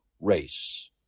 race